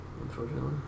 unfortunately